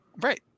Right